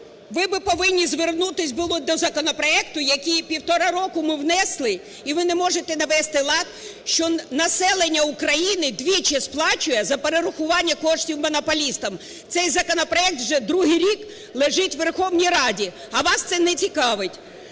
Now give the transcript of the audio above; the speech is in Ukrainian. ви би повинні звернутись були до законопроекту, який півтора року ми внесли, і ви не можете навести лад, що населення України двічі сплачує за перерахування коштів монополістам. Цей законопроект вже другий рік лежить у Верховній Раді, а вас це не цікавить.